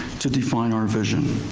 to define our vision.